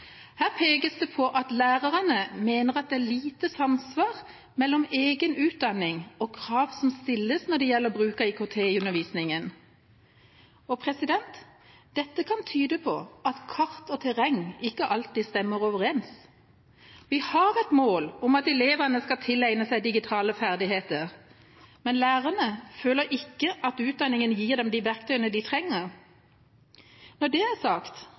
Her pekes det på at lærerne mener det er lite samsvar mellom egen utdanning og krav som stilles når det gjelder bruk av IKT i undervisningen. Dette kan tyde på at kart og terreng ikke alltid stemmer overens. Vi har et mål om at elevene skal tilegne seg digitale ferdigheter, men lærerne føler ikke at utdanningen gir dem de verktøyene de trenger. Når det er sagt,